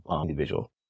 individual